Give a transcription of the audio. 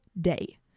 day